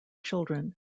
children